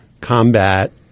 combat